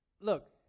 look